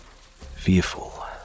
Fearful